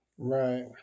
Right